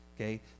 Okay